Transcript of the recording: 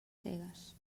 cegues